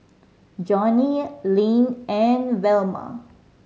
Johnnie Lynne and Velma